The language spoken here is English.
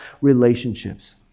relationships